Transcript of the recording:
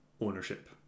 ownership